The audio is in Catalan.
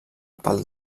pel